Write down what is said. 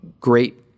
Great